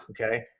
okay